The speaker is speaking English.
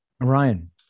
Ryan